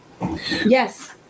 Yes